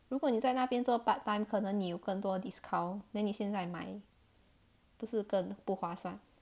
如果你在那边做 part time 可能你有更多 discount then 你现在买不是更不划算